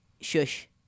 Shush